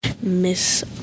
Miss